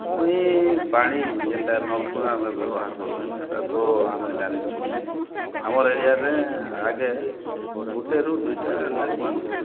ମୁଇଁ ପାଣି ଯେନ୍ଟା ନଲ୍କୂଆଁ ଆମେ ବ୍ୟବହାର କର୍ସୁଁ ସେଟା ତ ଆମେ ଜାଣିଛୁ ଆମ ଏରିଆରେ ଆଗେ ଗୁଟେ ରୁ ଦୁଇଟା ନଲ୍କୂଆଁ ଥିଲା